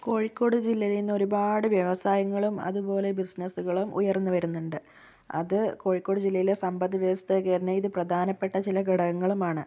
കോഴിക്കോട് ജില്ലയിൽ നിന്ന് ഒരുപാട് വ്യവസായങ്ങളും അതുപോലെ ബിസിനസ്സുകളും ഉയർന്ന് വരുന്നുണ്ട് അത് കോഴിക്കോട് ജില്ലയിലെ സമ്പത്ത് വ്യവസ്ഥയിൽ പ്രധാനപ്പെട്ട ചില ഘടകങ്ങളുമാണ്